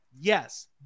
Yes